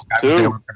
Two